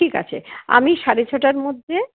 ঠিক আছে আমি সাড়ে ছটার মধ্যে